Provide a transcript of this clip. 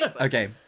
Okay